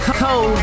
cold